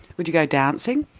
would you go dancing?